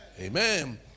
Amen